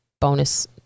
bonus